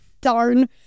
Darn